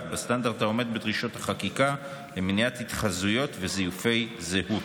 בסטנדרט העומד בדרישות החקיקה למניעת התחזויות וזיופי זהות.